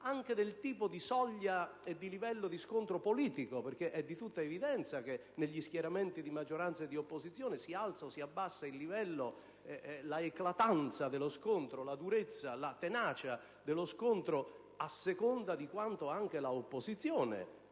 anche il tipo di soglia e di livello di scontro politico, perché è di tutta evidenza che, negli schieramenti di maggioranza e di opposizione, si alza o si abbassa il livello, l'eclatanza, la durezza e la tenacia dello scontro a seconda di quanto anche l'opposizione